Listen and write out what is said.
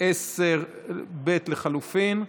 10 לחלופין ב'.